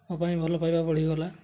ମୋ ପାଇଁ ଭଲପାଇବା ବଢ଼ିଗଲା